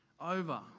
over